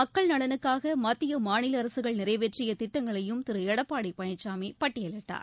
மக்கள் நலனுக்காக மத்திய மாநில அரசுகள் நிறைவேற்றிய திட்டங்களையும் திரு எடப்பாடி பழனிசாமி பட்டியலிட்டார்